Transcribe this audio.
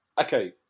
okay